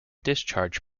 discharge